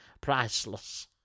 Priceless